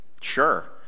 sure